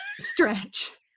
stretch